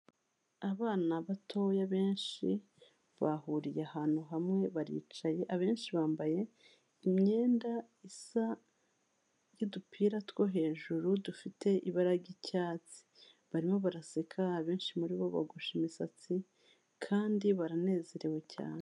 Abana batoya benshi bahuriye ahantu hamwe baricaye abenshi bambaye imyenda isa y'udupira two hejuru dufite ibara ry'icyatsi, barimo baraseka abenshi muri bo bogosha imisatsi kandi baranezerewe cyane.